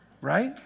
Right